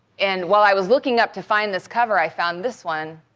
and while i was looking up to find this cover, i found this one,